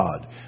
God